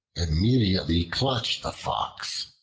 immediately clutched the fox,